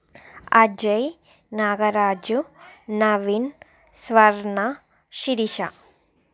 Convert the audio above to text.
Ajay Nagaraju Naveen Swarna Sirisha